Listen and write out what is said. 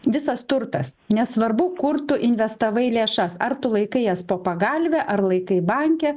visas turtas nesvarbu kur tu investavai lėšas ar tu laikai jas po pagalve ar laikai banke